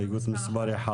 הסתייגות מספר 1?